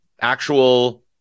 actual